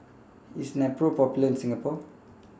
IS Nepro Popular in Singapore